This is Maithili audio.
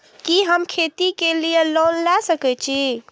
कि हम खेती के लिऐ लोन ले सके छी?